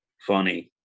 funny